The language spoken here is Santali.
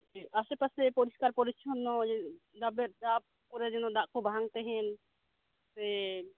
ᱟᱥᱮᱼᱯᱟᱥᱮ ᱯᱚᱨᱤᱥᱠᱟᱨ ᱯᱚᱨᱤᱪᱷᱚᱱᱚ ᱫᱷᱟᱯᱮ ᱫᱷᱟᱯ ᱠᱚᱨᱮ ᱡᱮᱱᱚ ᱫᱟᱜᱠᱩ ᱵᱟᱝ ᱛᱟᱦᱮᱱ ᱥᱮ